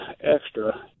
extra